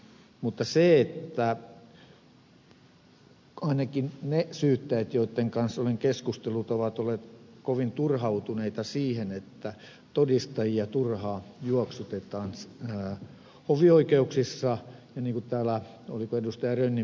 mutta ainakin ne syyttäjät joitten kanssa olen keskustellut ovat olleet kovin turhautuneita siihen että todistajia turhaan juoksutetaan hovioikeuksissa niin kuin täällä todettiin oliko ed